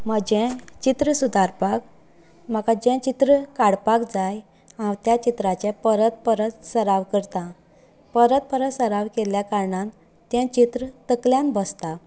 म्हजे चित्र सुदारपाक म्हाका जे चित्र काडपाक जाय हांव त्या चित्राचे परत परत सराव करता परत परत सराव केल्ल्या कारणान तें चित्र तकल्यान बसता